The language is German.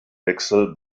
wechsel